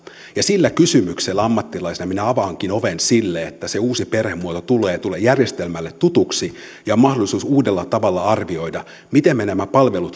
sillä kysymyksellä ammattilaisena minä avaankin oven sille että se uusi perhemuoto tulee tulee järjestelmälle tutuksi ja on mahdollisuus uudella tavalla arvioida miten me nämä palvelut